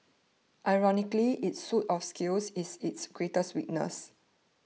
ironically its suit of scales is its greatest weakness